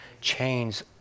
Chains